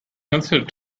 considered